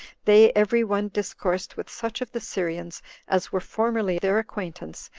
they every one discoursed with such of the syrians as were formerly their acquaintance,